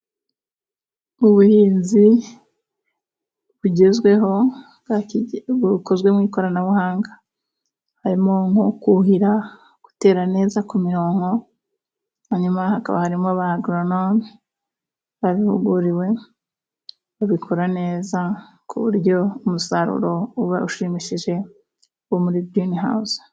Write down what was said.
Ubuhinzi bugezweho bukozwe mu ikoranabuhanga harimo nko kuhira, gutera neza ku mironko hanyuma hakaba harimo ba Agoronome babihuguriwe, babikora neza ku buryo umusaruro uba ushimishije wo muri Girinihawuzi.